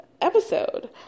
episode